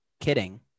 kidding